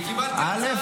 וקיבלתי הרצאה על --- א.